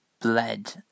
bled